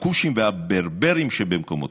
הכושים והברברים שבמקומותיהם.